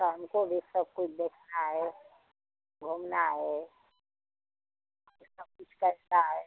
तो हमको भी सब कुछ देखना है घूमना है यह सब कुछ करना है